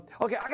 Okay